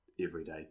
everyday